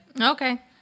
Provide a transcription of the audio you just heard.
Okay